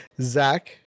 Zach